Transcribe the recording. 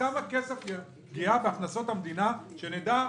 בכמה כסף יש פגיעה בהכנסות המדינה, שנדע.